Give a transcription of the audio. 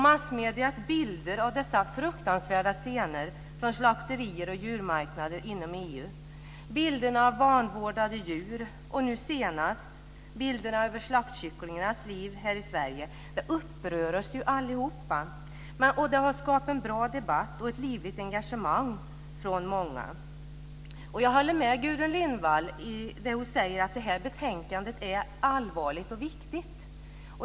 Massmediernas bilder av dessa fruktansvärda scener från slakterier och djurmarknader inom EU, bilderna av vanvårdade djur och nu senast bilderna av slaktkycklingarnas liv här i Sverige upprör oss allihop. Det har skapat en bra debatt och ett livligt engagemang från många. Jag håller med Gudrun Lindvall om det hon säger om att betänkandet är allvarligt och viktigt.